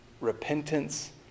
repentance